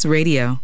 Radio